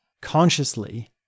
consciously